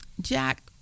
jack